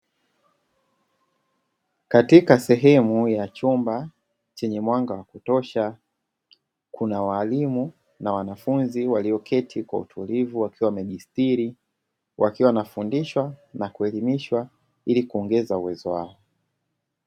Katika sehemu ya chumba chenye mwanga wa kutosha, kuna walimu na wanafunzi waliyoketi kwa utulivu wakiwa wamejisitiri, wakiwa wanafundishwa na kuelimishwa ili kuongeza uwezo wao.